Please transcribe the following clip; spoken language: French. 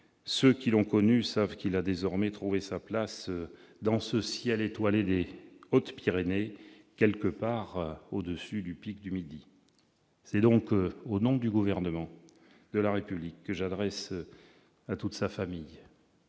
ceux qui l'ont connu savent qu'il a désormais trouvé sa place dans ce ciel étoilé des Hautes-Pyrénées, quelque part au-dessus du pic du Midi. Au nom du gouvernement de la République, j'adresse à toute sa famille,